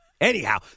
Anyhow